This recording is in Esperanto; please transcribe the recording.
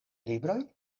libroj